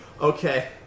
Okay